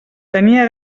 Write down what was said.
tenia